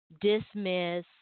dismiss